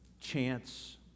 chance